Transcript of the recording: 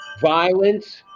violence